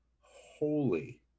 holy